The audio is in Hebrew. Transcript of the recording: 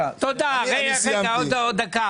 לפיד לא ביקשה